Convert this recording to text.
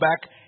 back